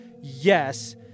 Yes